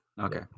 Okay